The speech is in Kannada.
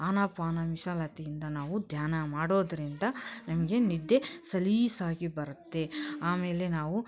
ಆನಾ ಪಾನಾ ವಿಶಾಲತೆಯಿಂದ ನಾವು ಧ್ಯಾನ ಮಾಡೋದರಿಂದ ನಮಗೆ ನಿದ್ದೆ ಸಲೀಸಾಗಿ ಬರುತ್ತೆ ಆಮೇಲೆ ನಾವು